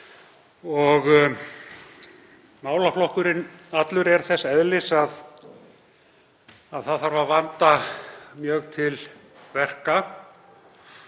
Málaflokkurinn allur er þess eðlis að það þarf að vanda mjög til verka.